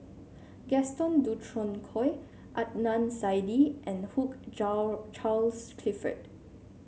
Gaston Dutronquoy Adnan Saidi and Hugh Charles Clifford